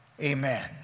Amen